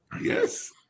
Yes